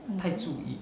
mm